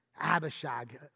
Abishag